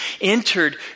entered